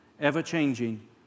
ever-changing